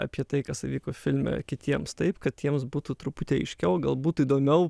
apie tai kas įvyko filme kitiems taip kad jiems būtų truputį aiškiau galbūt įdomiau